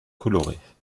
colorées